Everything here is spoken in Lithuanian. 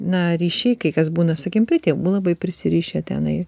na ryšiai kai kas būna sakykim prie tėvų labai prisirišę tenai